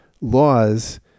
laws